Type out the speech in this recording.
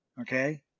okay